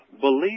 Believe